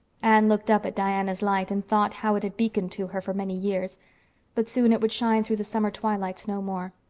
anne looked up at diana's light and thought how it had beaconed to her for many years but soon it would shine through the summer twilights no more.